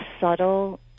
subtle